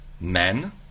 men